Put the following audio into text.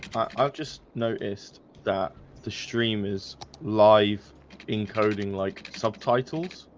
i've just noticed that the stream is live encoding like subtitles.